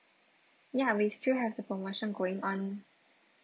ya we still have the promotion going on